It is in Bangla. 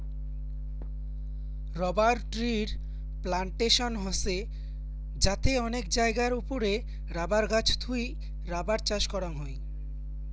রবার ট্রির প্লানটেশন হসে যাতে অনেক জায়গার ওপরে রাবার গাছ থুই রাবার চাষ করাং হই